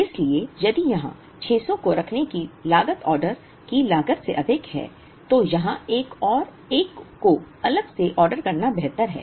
इसलिए यदि यहां 600 को रखने की लागत ऑर्डर की लागत से अधिक है तो यहां एक और एक को अलग से ऑर्डर करना बेहतर है